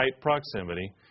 proximity